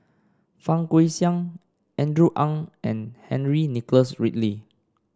Fang Guixiang Andrew Ang and Henry Nicholas Ridley